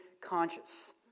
conscious